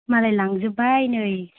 मालाय लांजोबबाय नै